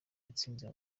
yatsinze